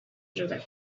through